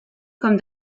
comme